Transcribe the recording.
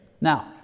Now